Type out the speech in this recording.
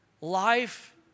life